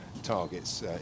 Targets